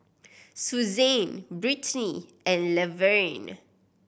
Suzann Brittny and Laverne